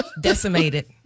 decimated